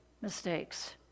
mistakes